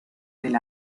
del